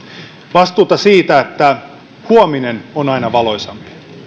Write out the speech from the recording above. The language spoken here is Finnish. vastuuta siitä että huominen on aina valoisampi